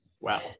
wow